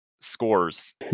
scores